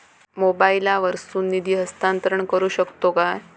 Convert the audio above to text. मोबाईला वर्सून निधी हस्तांतरण करू शकतो काय?